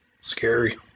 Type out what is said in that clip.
Scary